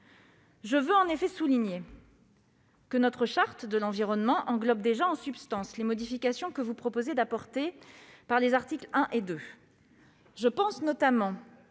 je veux souligner que notre Charte de l'environnement englobe déjà, en substance, les modifications que vous proposez d'apporter par les articles 1 et 2